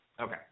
Okay